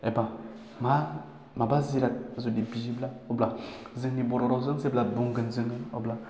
एबा मा माबा जिराद जुदि बियोब्ला अब्ला जोंनि बर' रावजों जेब्ला बुंगोन जों अब्ला